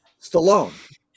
Stallone